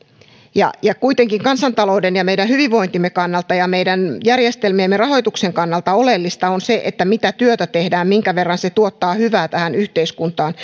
kuitenkin kansantalouden ja meidän hyvinvointimme kannalta ja meidän järjestelmiemme rahoituksen kannalta oleellista on se mitä työtä tehdään minkä verran se tuottaa hyvää tähän yhteiskuntaan